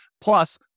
Plus